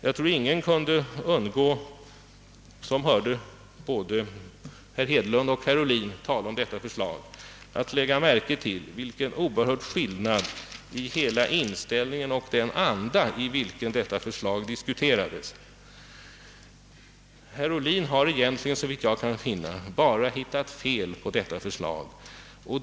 Jag tror att ingen som hörde både herr Hedlund och herr Ohlin tala om detta förslag kunde undgå att lägga märke till vilken oerhörd skillnad det fanms i hela deras inställning och den anda i vilka detta förslag diskuterades. Herr Ohlin har egentligen såvitt jag förstår bara hittat fel hos förslaget.